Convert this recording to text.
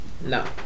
no